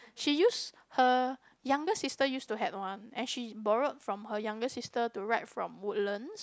she use her younger sister used to had one and she borrowed from her younger sister to ride from Woodlands